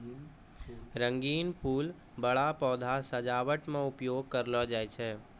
रंगीन फूल बड़ा पौधा सजावट मे उपयोग करलो जाय छै